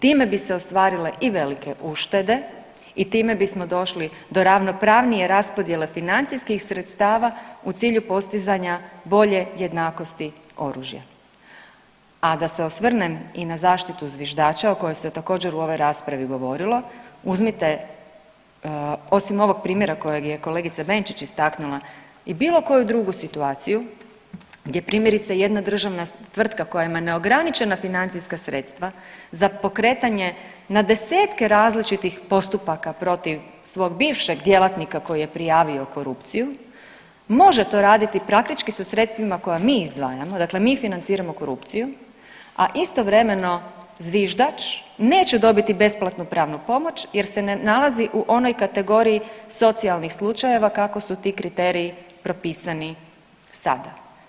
Time bi se ostvarile i velike uštede i time bismo došli do ravnopravnije raspodjele financijskih sredstava u cilju postizanja bolje jednakosti oružja, a da se osvrnem i na zaštitu zviždača o kojoj se također u ovoj raspravi govorilo uzmite osim ovog primjera kojeg je kolegica Benčić istaknula i bilo koju drugu situaciju gdje primjerice jedna državna tvrtka koja ima neograničena financijska sredstva za pokretanje na desetke različitih postupaka protiv svog bivšeg djelatnika koji je prijavio korupciju može to raditi praktički sa sredstvima koja mi izdvajamo, dakle mi financiramo korupciju a istovremeno zviždač neće dobiti besplatnu pravnu pomoć jer se ne nalazi u onoj kategoriji socijalnih slučajeva kako su ti kriteriji propisani sada.